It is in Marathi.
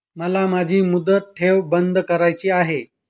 मला माझी मुदत ठेव बंद करायची आहे